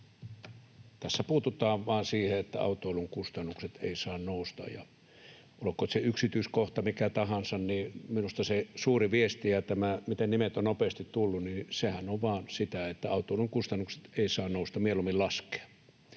tässä puututaan vain siihen, että autoilun kustannukset eivät saa nousta. Olkoot yksityiskohdat mitkä tahansa, niin minusta se suuri viesti tässä — ja tässä, miten nopeasti nimet ovat tulleet — on vain se, että autoilun kustannukset eivät saa nousta, mieluummin laskea.